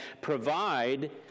provide